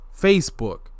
Facebook